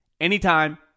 anytime